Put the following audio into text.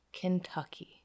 Kentucky